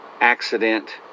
accident